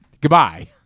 Goodbye